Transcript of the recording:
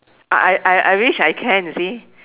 I I I I wish I can you see